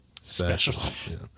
special